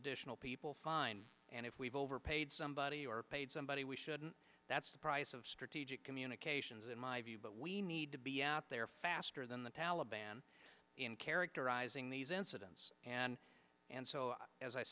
additional people fine and if we've overpaid somebody or paid somebody we shouldn't that's the price of strategic communications in my view but we need to be out there faster than the taliban in characterizing these incidents and and so as i